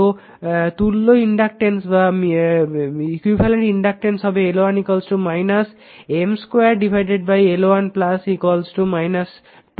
তো তুল্য ইনডাকটেন্স হবে l L1 M 2 L1 2 m